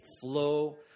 flow